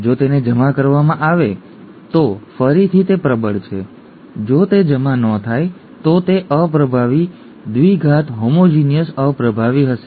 જો તેને જમા કરવામાં આવે તો ફરીથી તે પ્રબળ છે જો તે જમા ન થાય તો તે અપ્રભાવી દ્વિઘાત હોમોઝીગિયસ અપ્રભાવી હશે